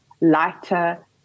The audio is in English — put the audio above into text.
lighter